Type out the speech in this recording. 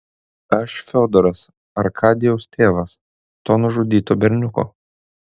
aš fiodoras arkadijaus tėvas to nužudyto berniuko